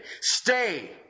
Stay